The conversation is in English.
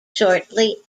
shortly